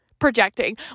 projecting